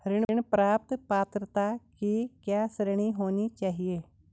ऋण प्राप्त पात्रता की क्या श्रेणी होनी चाहिए?